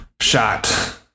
shot